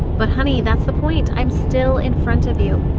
but honey, that's the point. i'm still in front of you.